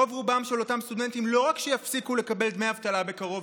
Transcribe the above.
רוב-רובם של אותם סטודנטים לא רק שיפסיקו לקבל דמי אבטלה בקרוב,